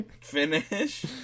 finish